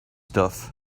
stuff